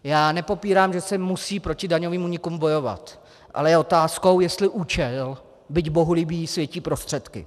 Já nepopírám, že se musí proti daňovým únikům bojovat, ale je otázkou, jestli účel, byť bohulibý, světí prostředky.